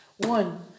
one